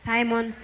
Simon